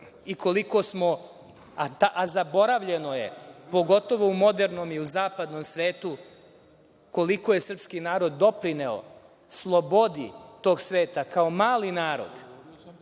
i koliko smo, a zaboravljeno je, pogotovo u modernom i u zapadnom svetu, koliko je srpski narod doprineo slobodi tog sveta, kao mali narod,